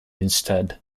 instead